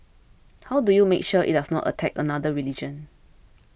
how do you make sure it does not attack another religion